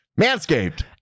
manscaped